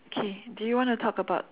K do you want to talk about